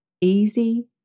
easy